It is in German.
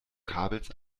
kabels